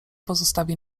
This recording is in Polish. pozostawi